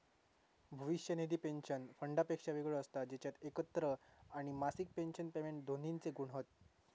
भविष्य निधी पेंशन फंडापेक्षा वेगळो असता जेच्यात एकत्र आणि मासिक पेंशन पेमेंट दोन्हिंचे गुण हत